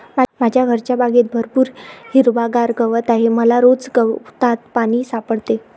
माझ्या घरच्या बागेत भरपूर हिरवागार गवत आहे मला रोज गवतात पाणी सापडते